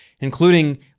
including